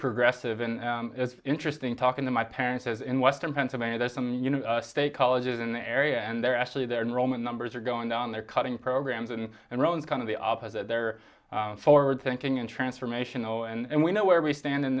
progressive and it's interesting talking to my parents as in western pennsylvania there's some you know state colleges in the area and they're actually they're in roman numbers are going down they're cutting programs and and runs kind of the opposite they're forward thinking and transformational and we know where we stand in